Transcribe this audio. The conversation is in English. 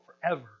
forever